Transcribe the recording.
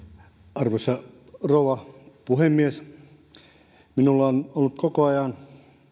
arvoisa rouva puhemies minulla on ollut koko ajan